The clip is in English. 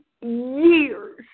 years